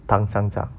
唐三藏